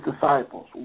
disciples